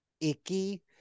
icky